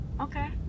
okay